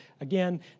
Again